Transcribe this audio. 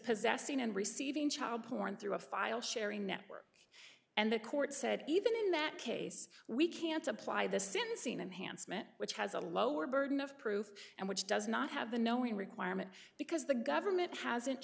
possessing and receiving child porn through a file sharing network and the court said even in that case we can supply the sentencing enhanced men which has a lower burden of proof and which does not have the knowing requirement because the government hasn't